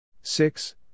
six